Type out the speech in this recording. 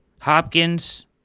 Hopkins